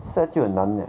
sad 就很难 leh